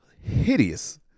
hideous